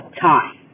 time